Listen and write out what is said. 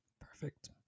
perfect